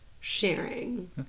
sharing